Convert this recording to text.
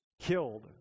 killed